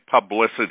publicity